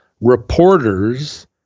reporters